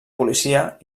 policia